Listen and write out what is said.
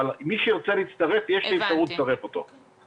אבל מי שירצה להצטרף יש לי אפשרות לצרף אותו.